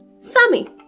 Sammy